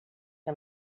que